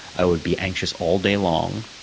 i would be anxious all day long,